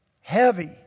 heavy